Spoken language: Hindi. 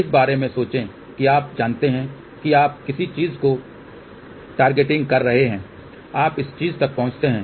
इस बारे में सोचें कि आप जानते हैं कि आप किसी चीज़ को टागिटिंग कर रहे हैं आप इस चीज़ तक पहुँचते हैं